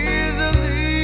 easily